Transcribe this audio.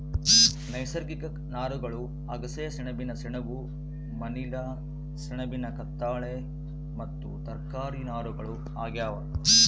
ನೈಸರ್ಗಿಕ ನಾರುಗಳು ಅಗಸೆ ಸೆಣಬಿನ ಸೆಣಬು ಮನಿಲಾ ಸೆಣಬಿನ ಕತ್ತಾಳೆ ಮತ್ತು ತರಕಾರಿ ನಾರುಗಳು ಆಗ್ಯಾವ